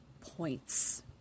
points